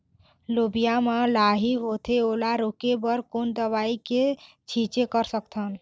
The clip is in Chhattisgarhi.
लोबिया मा लाही होथे ओला रोके बर कोन दवई के छीचें कर सकथन?